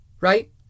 right